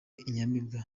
inyamibwa